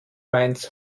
mainz